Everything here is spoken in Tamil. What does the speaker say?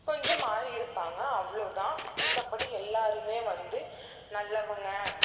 கொஞ்சம் மாறி இருப்பாங்க அவ்வளோ தான் மத்தபடி எல்லாருமே வந்து நல்லவங்க